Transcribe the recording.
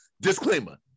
disclaimer